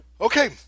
Okay